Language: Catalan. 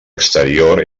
exterior